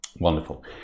Wonderful